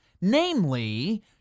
Namely